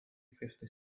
fifty